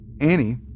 Annie